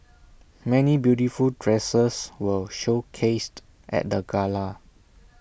many beautiful dresses were showcased at the gala